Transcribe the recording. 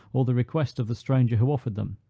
or the request of the stranger who offered them,